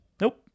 Nope